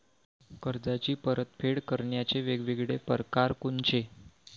कर्जाची परतफेड करण्याचे वेगवेगळ परकार कोनचे?